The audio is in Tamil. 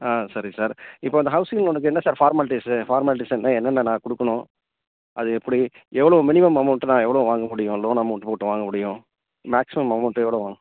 ஆ சரி சார் இப்போ அந்த ஹவுசிங் லோனுக்கு என்ன சார் ஃபார்மாலிட்டீஸு ஃபார்மாலிட்டீஸுன்னு என்னென்ன நான் கொடுக்கணும் அது எப்படி எவ்வளவு மினிமம் அமௌண்ட்டு நான் எவ்வளோ வாங்க முடியும் லோன் அமௌண்ட் போட்டு வாங்க முடியும் மேக்சிமம் அமௌண்ட்டு எவ்வளவு வாங்